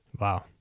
Wow